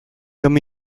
comme